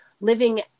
living